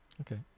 Okay